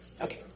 Okay